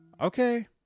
Okay